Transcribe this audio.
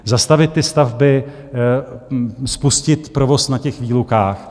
Zastavit stavby a spustit provoz na těch výlukách?